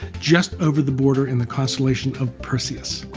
just over the border in the constellation of perseus.